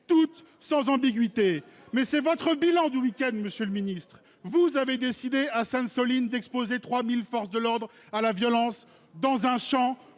toutes sans ambiguïté mais c'est votre bilan du week-. Monsieur le Ministre, vous avez décidé à Sainte-, Soline d'exposer 3000 forces de l'ordre à la violence dans un Champ